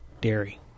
Dairy